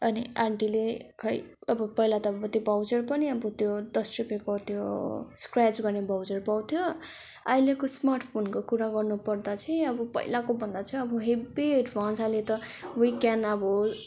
अनि आन्टीले खै अब पहिला त अब त्यो भाउचर पनि अब त्यो दस रुपियाँको त्यो स्क्राच गर्ने भाउचर पाउँथ्यो अहिलेको स्मार्ट फोनको कुरा गर्नुपर्दा चाहिँ अब पहिलाको भन्दा चाहिँ अब हेभी ए़ड्भान्स अहिले त वी क्यान अब